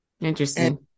interesting